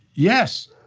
yes,